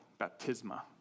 baptisma